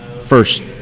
first